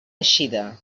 eixida